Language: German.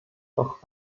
doch